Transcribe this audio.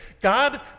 God